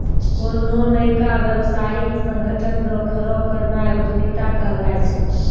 कोन्हो नयका व्यवसायिक संगठन रो खड़ो करनाय उद्यमिता कहलाय छै